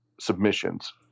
submissions